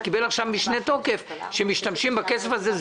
זה קיבל עכשיו משנה תוקף, שמשתמשים בכסף הזה.